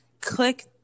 click